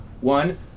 one